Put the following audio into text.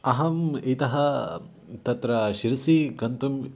अहम् इतः तत्र शिरसि गन्तुम्